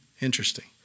interesting